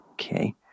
Okay